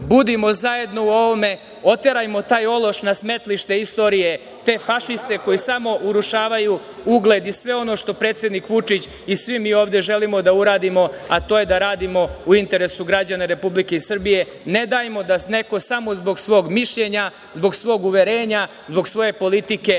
budimo zajedno u ovom, oterajmo taj ološ na smetlište istorije, te fašiste koji samo urušavaju ugled i sve ono što predsednik Vučić i svi mi ovde želimo da uradimo, a to je da radimo u interesu građana Republike Srbije. Ne dajmo da neko samo zbog svog mišljenja, zbog svog uverenja, zbog svoje politike